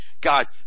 Guys